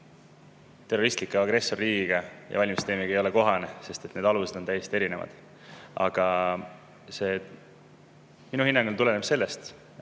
terroristliku agressorriigiga ja tema valimistega ei ole kohane. Need alused on täiesti erinevad. Aga minu hinnangul tuleneb see sellest,